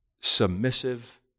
submissive